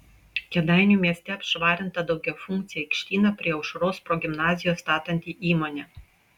kėdainių mieste apšvarinta daugiafunkcį aikštyną prie aušros progimnazijos statanti įmonė